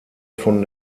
von